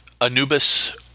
Anubis